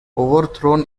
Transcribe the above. overthrown